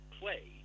play